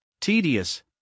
tedious